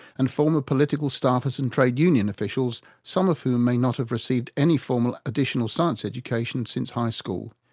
and former political staffers and trade union officials, some of whom may not have received any formal additional science education since high school.